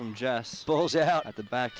from just at the back